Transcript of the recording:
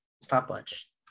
stopwatch